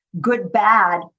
good-bad